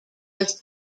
was